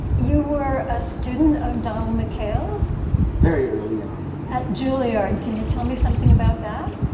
you were a student of donald, mckayle's very early on at juilliard. can you tell me something about that.